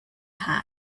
hot